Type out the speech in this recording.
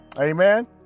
Amen